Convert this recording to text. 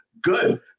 good